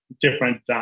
different